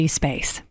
space